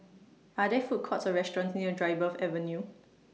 Are There Food Courts Or restaurants near Dryburgh Avenue